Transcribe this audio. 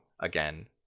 again